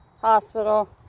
Hospital